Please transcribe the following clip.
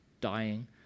dying